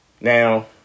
Now